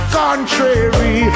contrary